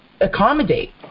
accommodate